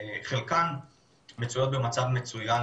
חלקן מצויות במצב מצוין,